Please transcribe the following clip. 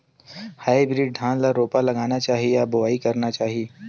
Hybrid धान ल रोपा लगाना चाही या बोआई करना चाही?